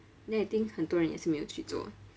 then I think 很多人也是没有去做